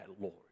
Lord